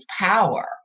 power